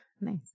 Nice